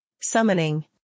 Summoning